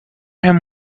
him